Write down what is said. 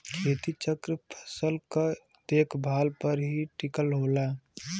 खेती चक्र फसल क देखभाल पर ही टिकल होला